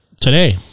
today